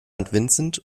vincent